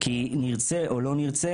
כי נרצה או לא נרצה,